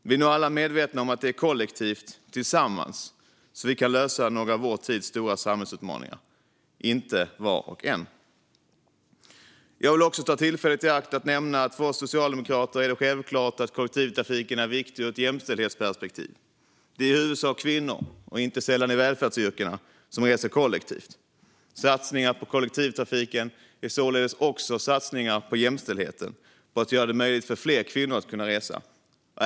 Vi är nog alla medvetna om att det är kollektivt, tillsammans, som vi kan lösa några av vår tids stora samhällsutmaningar - inte var och en för sig. Jag vill ta tillfället i akt att nämna att för oss socialdemokrater är det självklart att kollektivtrafiken är viktig ur ett jämställdhetsperspektiv. Det är i huvudsak kvinnor, inte sällan i välfärdsyrkena, som reser kollektivt. Satsningar på kollektivtrafiken är således också satsningar på jämställdheten och på att göra det möjligt för fler kvinnor att resa.